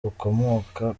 bukomoka